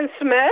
Smith